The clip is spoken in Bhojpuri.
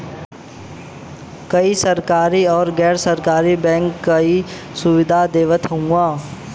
कई सरकरी आउर गैर सरकारी बैंकन कई सुविधा देवत हउवन